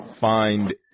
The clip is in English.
find